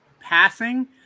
passing